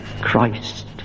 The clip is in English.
Christ